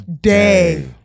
day